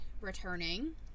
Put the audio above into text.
returning